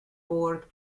board